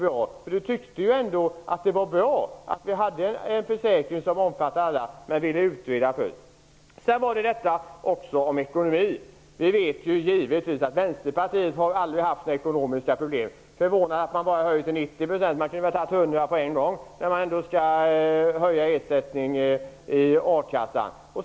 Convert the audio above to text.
Ingrid Burman tyckte ändå att det var bra att vi hade en försäkring som omfattar alla, men hon vill utreda först. Vi vet givetvis att vänsterpartister aldrig haft några ekonomiska problem. Jag är bara förvånad över att man ville höja ersättningen i a-kassan till 90 % när man kunnat höja den till 100 % på en gång.